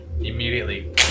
immediately